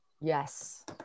Yes